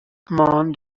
among